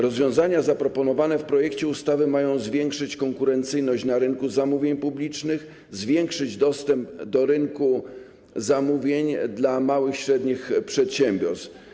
Rozwiązania zaproponowane w projekcie ustawy mają zwiększyć konkurencyjność na rynku zamówień publicznych i dostęp do rynku zamówień dla małych i średnich przedsiębiorstw.